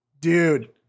Dude